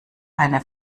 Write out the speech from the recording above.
eine